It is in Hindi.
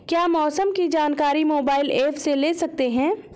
क्या मौसम की जानकारी मोबाइल ऐप से ले सकते हैं?